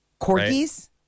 corgis